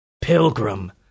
Pilgrim